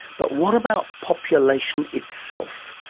but what about population itself?